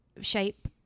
shape